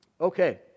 Okay